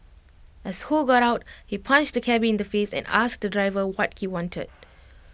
as ho got out he punched the cabby in the face and asked the driver what he wanted